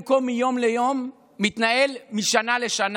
במקום מיום ליום מתנהל משנה לשנה.